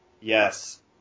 Yes